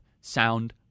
sound